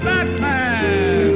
Batman